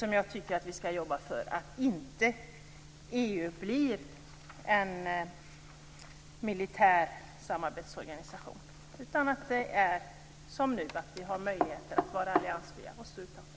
Samtidigt tycker jag att vi skall jobba för att EU inte blir en militär samarbetsorganisation, så att vi som nu har möjligheter att vara alliansfria och stå utanför.